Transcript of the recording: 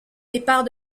départ